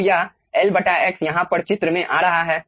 तो यह L x यहाँ पर चित्र में आ रहा है